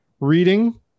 reading